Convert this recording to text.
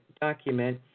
document